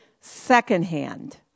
secondhand